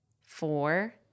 four